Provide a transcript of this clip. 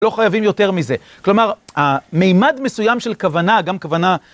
לא חייבים יותר מזה, כלומר, המימד מסוים של כוונה, גם כוונה